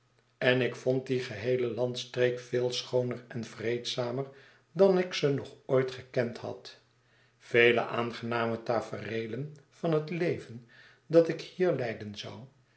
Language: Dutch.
en ik vond die geheele landstreek veel schooner en vreedzamer dan ik ze nog ooit gekend had vele aangename tafereelen van het leven dat ik hier leiden zou